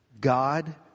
God